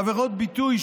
עבירות ביטוי,